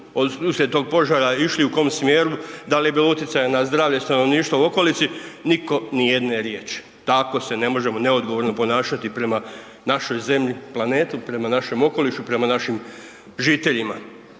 uslijed tog požara išli, u kom smjeru, da li je bilo utjecaja na zdravlje stanovništva u okolici, niko nijedne riječi. Tako se ne možemo neodgovorno ponašati prema našoj zemlji, planetu, prema našem okolišu, prema našim žiteljima.